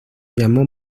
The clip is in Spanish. llamó